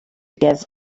give